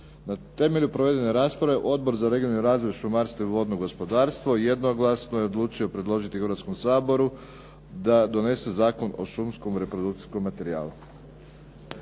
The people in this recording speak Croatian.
Na temelju provedene rasprave Odbor za regionalni razvoj, šumarstvo i vodno gospodarstvo jednoglasno je odlučio predložiti Hrvatskom saboru da donese Zakon o šumskom reprodukcijskom materijalu.